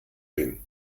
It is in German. bin